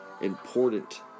important